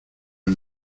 del